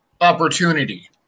Opportunity